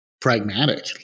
pragmatic